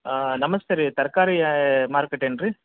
ಹಾಂ ನಮಸ್ತೆ ರೀ ತರಕಾರಿ ಮಾರ್ಕೆಟ್ ಏನು ರೀ